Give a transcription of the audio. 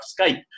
Skype